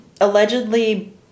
allegedly